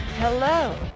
Hello